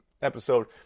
episode